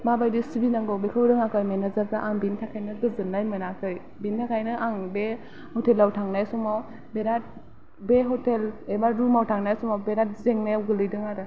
माबायदि सिबिनांगौ बेखौ रोङाखै मेनेजारफ्रा आं बिनिथाखायनो गोजोननाय मोनाखै बिनिथाखायनो आं बे हटेलाव थांनाय समाव बेराद बे हटेल एबा रुमाव थांनाय समाव बेराद जेंनायाव गोग्लैदों आरो